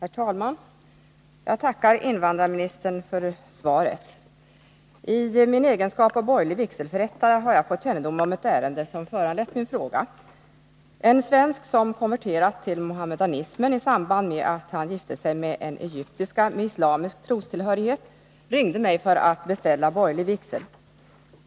Herr talman! Jag tackar statsrådet för svaret. I min egenskap av borgerlig vigselförrättare har jag fått kännedom om ett ärende som föranlett min fråga. En svensk, som konverterat till mohammedanismen i samband med att han gifte sig med en egyptiska med islamisk trostillhörighet, ringde mig för att beställa borgerlig vigsel.